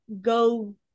go